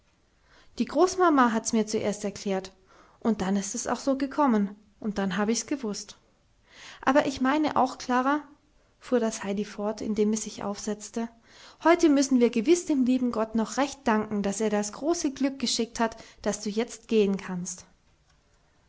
die großmama hat mir's zuerst erklärt und dann ist es auch so gekommen und dann hab ich's gewußt aber ich meine auch klara fuhr das heidi fort indem es sich aufsetzte heute müssen wir gewiß dem lieben gott noch recht danken daß er das große glück geschickt hat daß du jetzt gehen kannst